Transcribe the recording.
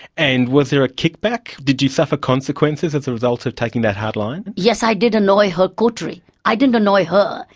and was there are kickback? did you suffer consequences as a result of taking that hard line? yes, i did annoy her coterie. i didn't annoy her,